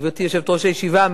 גברתי יושבת-ראש הישיבה,